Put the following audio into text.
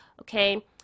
Okay